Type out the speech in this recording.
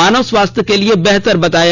मानव स्वास्थ्य के लिए बेहतर बताया